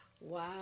Wow